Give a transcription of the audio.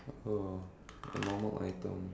Nokia uh